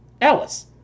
Alice